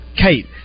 Kate